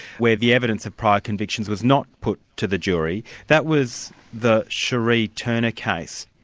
where the evidence of prior convictions was not put to the jury. that was the shirree turner case.